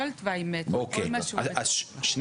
כל תוואי מטרו, כל מה --- שנייה.